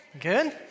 Good